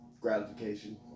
gratification